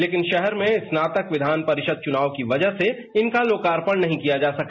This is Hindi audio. लेकिन शहर में स्नातक विधान परिषद चुनाव की वजह से इनका लोकापर्ण नहीं किया जा सका